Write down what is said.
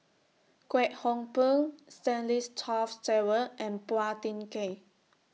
Kwek Hong Png Stanley Toft Stewart and Phua Thin Kiay